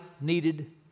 needed